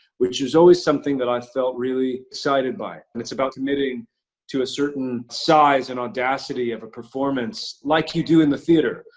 which was always something that i felt really excited by, and it's about committing to a certain size and audacity of a performance, like you do in the theater,